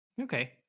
Okay